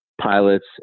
pilots